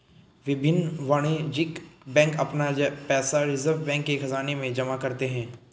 विभिन्न वाणिज्यिक बैंक अपना पैसा रिज़र्व बैंक के ख़ज़ाने में जमा करते हैं